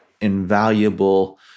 invaluable